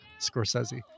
Scorsese